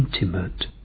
intimate